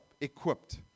equipped